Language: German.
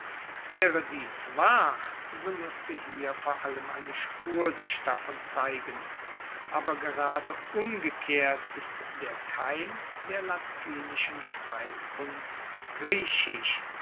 waere dies wahr so muesste hier vor allem eine spur sich davon zeigen aber gerade umgekehrt ist der keim der latinischen schreibkunst griechisch